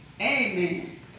Amen